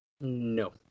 No